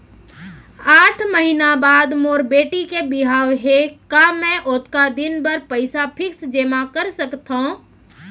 आठ महीना बाद मोर बेटी के बिहाव हे का मैं ओतका दिन भर पइसा फिक्स जेमा कर सकथव?